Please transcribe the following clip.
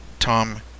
Tom